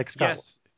Yes